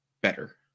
better